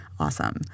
Awesome